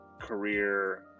career